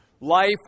Life